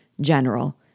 general